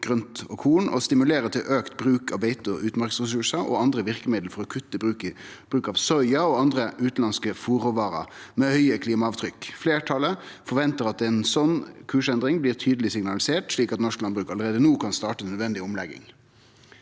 grønt og korn, og å stimulere til auka bruk av beite- og utmarksressursar og andre verkemiddel for å kutte i bruk av soya og andre utanlandske forråvarer med høge klimaavtrykk. leirtalet forventar at ei slik kursendring blir tydeleg signalisert, slik at norsk landbruk allereie no kan starte nødvendig omlegging.»